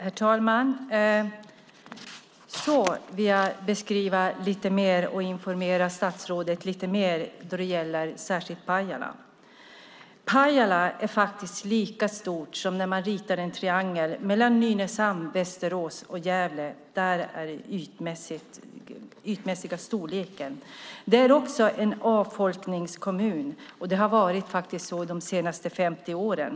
Herr talman! Då vill jag beskriva lite mer och informera statsrådet lite mer vad gäller särskilt Pajala. Pajala är lika stort som när man ritar en triangel mellan Nynäshamn, Västerås och Gävle. Det är den ytmässiga storleken. Pajala är också en avfolkningskommun, och så har det varit de senaste 50 åren.